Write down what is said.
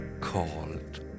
called